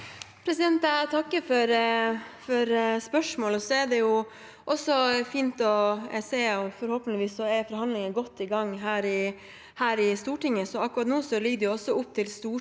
takker for spørsmålet. Forhåpentligvis er forhandlingene godt i gang her i Stortinget,